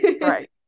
right